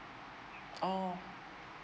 orh